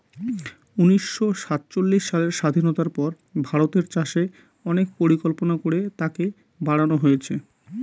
উনিশশো সাতচল্লিশ সালের স্বাধীনতার পর ভারতের চাষে অনেক পরিকল্পনা করে তাকে বাড়নো হয়েছে